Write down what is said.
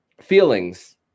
feelings